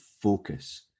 focus